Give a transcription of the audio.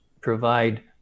provide